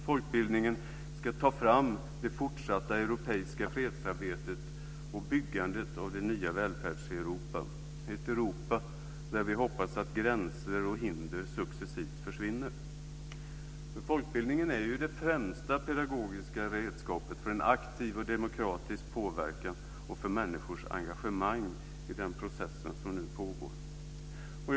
Folkbildningen ska lyfta fram det fortsatta europeiska fredsarbetet och byggandet av det nya Välfärdseuropa, ett Europa där vi hoppas att gränser och hinder successivt försvinner. Folkbildningen är ju det främsta pedagogiska redskapet för en aktiv demokratisk påverkan och för människors engagemang i den process som nu pågår.